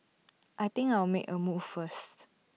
I think I'll make A move first